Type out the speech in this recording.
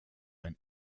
ein